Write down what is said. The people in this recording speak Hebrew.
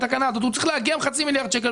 בתקנה הזאת והוא צריך לארגן חצי מיליארד שקלים.